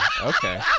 Okay